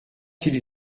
s’il